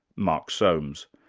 mark soames.